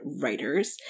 Writers